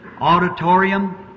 auditorium